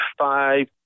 five